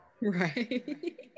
Right